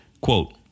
Quote